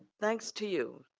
thanks to you.